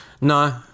No